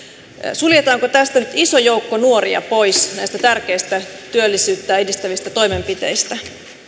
suljetaanko nyt iso joukko nuoria pois näistä tärkeistä työllisyyttä edistävistä toimenpiteistä